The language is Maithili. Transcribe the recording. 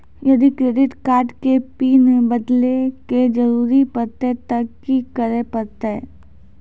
यदि क्रेडिट कार्ड के पिन बदले के जरूरी परतै ते की करे परतै?